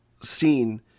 seen